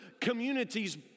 communities